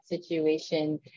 situation